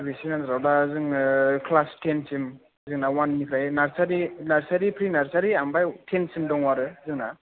सिबिएससिनि आन्दाराव दा जोङो क्लास थेन सिम जोंना वान निफ्राय नार्सारि फ्रि नार्सारि ओमफाय थेन सिम दङ' जोंना